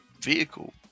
vehicle